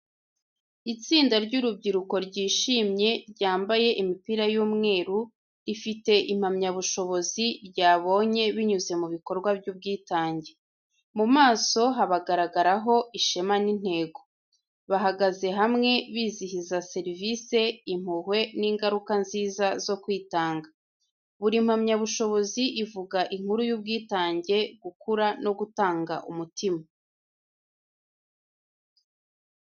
Itsinda ry'urubyiruko ryishimye, ryambaye imipira y'umweru, rifite impamyabushobozi ryabonye binyuze mu bikorwa by’ubwitange. Mu maso habagaragaraho ishema n’intego. Bahagaze hamwe, bizihiza serivisi, impuhwe n’ingaruka nziza zo kwitanga. Buri mpamyabushobozi ivuga inkuru y’ubwitange, gukura no gutanga umutima.